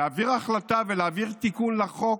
להעביר החלטה ולהעביר תיקון לחוק